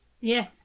Yes